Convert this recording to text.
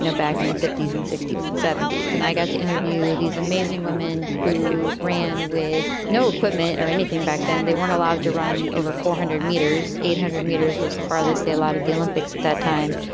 you know back in the fifty s and sixty s and seventy s. and i got to interview these amazing women who ran with no equipment or anything back then. they weren't allowed to run over four hundred meters, eight hundred meters. was the father stay a lot at the olympics at that time.